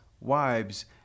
wives